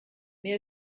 mir